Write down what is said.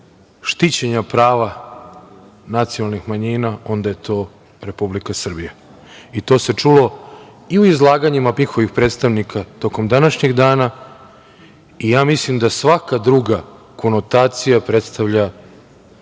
štićenja prava nacionalnih manjina, onda je to Republika Srbija i to se čulo i u izlaganjima njihovih predstavnika tokom današnjeg dana i ja mislim da svaka druga konotacija, predstavlja